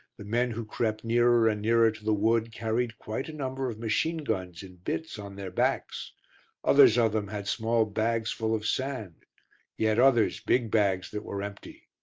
the men who crept nearer and nearer to the wood carried quite a number of machine guns in bits on their backs others of them had small bags full of sand yet others big bags that were empty.